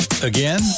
Again